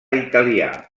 italià